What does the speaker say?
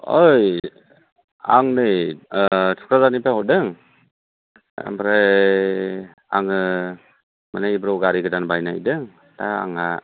ओइ आं नै थुक्राझारनिफ्राय हरदों आमफ्राय आङो माने एब्राव गारि गोदान बायनो नागेरदों दा आंहा